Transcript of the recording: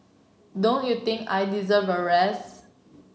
don't you think I deserve a rest